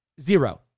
zero